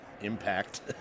impact